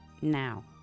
now